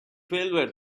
failure